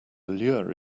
lure